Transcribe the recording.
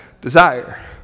desire